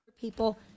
People